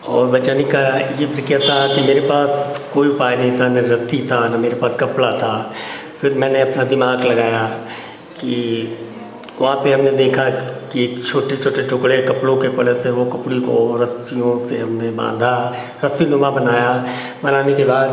और बचाने का युक्ति क्या था के पास मेरे पास कोई उपाय नहीं था ना रस्सी था ना मेरे पास कपड़ा था फिर मैंने अपना दिमाग़ लगाया कि वहाँ पे हमने देखा कि ये छोटे छोटे टुकड़े कपड़ों के पड़े थे वो कपड़ी को रस्सियों से हमने बाँधा रस्सीनुमा बनाया बनाने के बाद